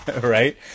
Right